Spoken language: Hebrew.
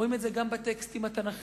רואים את זה גם בטקסטים התנ"כיים,